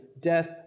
death